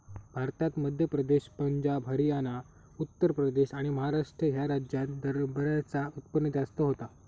भारतात मध्य प्रदेश, पंजाब, हरयाना, उत्तर प्रदेश आणि महाराष्ट्र ह्या राज्यांत हरभऱ्याचा उत्पन्न जास्त होता